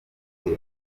bihe